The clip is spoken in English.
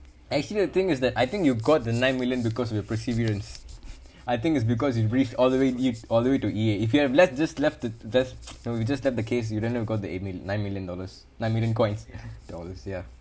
actually the thing is that I think you got the nine million because of your perseverance I think it's because you reached all the way deep all the way to E_A if you have let just left the that know you just left the case you'll never get the eight million nine million dollars nine million coins dollars ya